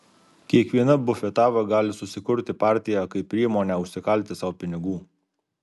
kiekviena bufetava gali susikurti partiją kaip priemonę užsikalti sau pinigų